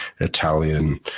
Italian